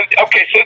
Okay